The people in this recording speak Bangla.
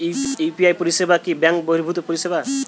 ইউ.পি.আই পরিসেবা কি ব্যাঙ্ক বর্হিভুত পরিসেবা?